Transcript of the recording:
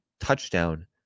touchdown